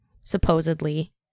supposedly